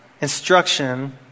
instruction